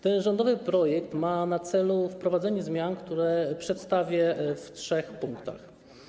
Ten rządowy projekt ma na celu wprowadzenie zmian, które przedstawię w trzech punktach.